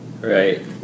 Right